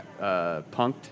punked